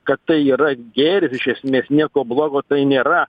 kad tai yra gėris iš esmės nieko blogo tai nėra